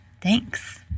Thanks